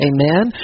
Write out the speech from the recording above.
Amen